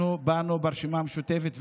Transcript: אנחנו באנו ברשימה המשותפת ואמרנו: